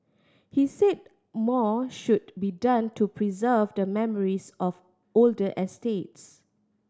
he said more should be done to preserve the memories of older estates